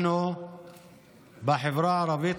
חברים, קצת יותר בשקט שם.